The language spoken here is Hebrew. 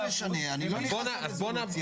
זה מאוד משנה --- (המשתתפים קוראים קריאות ביניים,